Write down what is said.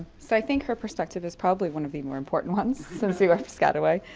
so i think her perspective is probably one of the more important ones, since you are piscataway.